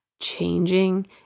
changing